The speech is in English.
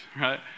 right